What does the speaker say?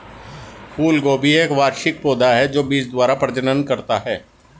फूलगोभी एक वार्षिक पौधा है जो बीज द्वारा प्रजनन करता है